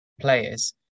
players